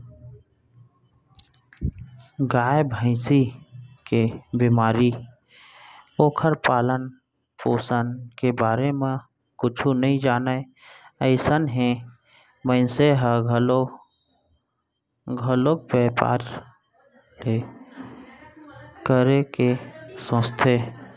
गाय, भँइसी के बेमारी, ओखर पालन, पोसन के बारे म कुछु नइ जानय अइसन हे मनसे ह घलौ घलोक बैपार ल करे के सोचथे